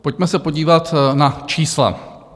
Pojďme se podívat na čísla.